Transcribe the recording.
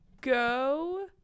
go